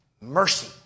mercy